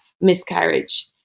miscarriage